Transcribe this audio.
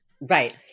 Right